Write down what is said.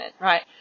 right